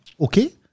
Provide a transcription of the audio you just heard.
Okay